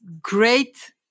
great